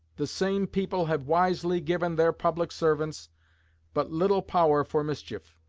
the same people have wisely given their public servants but little power for mischief